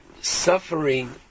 suffering